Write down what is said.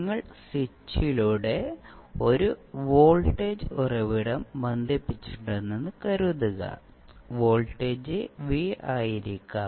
നിങ്ങൾ സ്വിച്ചിലൂടെ ഒരു വോൾട്ടേജ് ഉറവിടം ബന്ധിപ്പിച്ചിട്ടുണ്ടെന്ന് കരുതുക വോൾട്ടേജ് V ആയിരിക്കാം